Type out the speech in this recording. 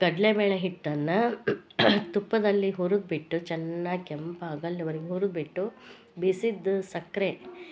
ಕಡಲೇಬೇಳೆ ಹಿಟ್ಟನ್ನ ತುಪ್ಪದಲ್ಲಿ ಹುರುದ್ಬಿಟ್ಟು ಚೆನ್ನಾಗಿ ಕೆಂಪಾಗಲ್ವರೆಗೆ ಹುರುದ್ಬಿಟ್ಟು ಬೀಸಿದ ಸಕ್ಕರೆ